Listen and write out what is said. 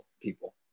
people